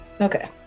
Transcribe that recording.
okay